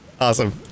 Awesome